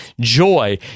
joy